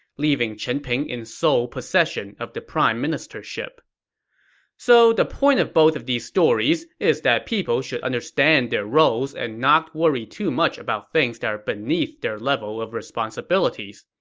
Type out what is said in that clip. leaving chen ping in sole possession of the prime ministership so, the point of both of these stories is that people should understand their roles and not worry too much about things that are beneath their level of responsibilities.